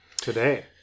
today